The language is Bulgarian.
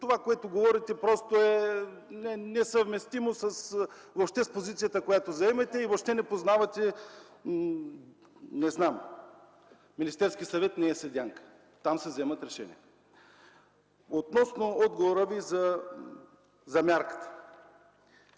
това, което говорите, просто е несъвместимо въобще с позицията, която заемате, и въобще не познавате... Не знам!? Министерският съвет не е седянка, там се взимат решения. Относно отговора Ви за мярката.